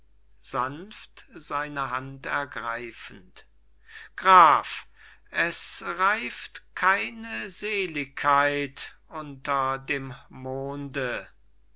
graf es reift keine seeligkeit unter dem monde